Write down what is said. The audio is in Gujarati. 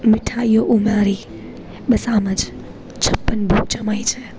મીઠાઈઓ ઉમારી બસ આમ જ છપ્પન ભોગ જમાય છે